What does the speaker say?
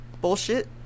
bullshit